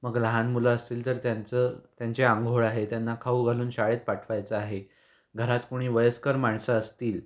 मग लहान मुलं असतील तर त्यांचं त्यांचे आंघोळ आहे त्यांना खाऊ घालून शाळेत पाठवायचं आहे घरात कोणी वयस्कर माणसं असतील